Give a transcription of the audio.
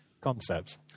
concepts